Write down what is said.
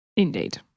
Indeed